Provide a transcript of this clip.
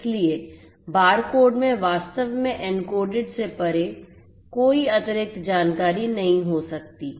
इसलिए बारकोड में वास्तव में एन्कोडेड से परे कोई अतिरिक्त जानकारी नहीं हो सकती है